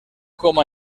com